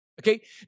Okay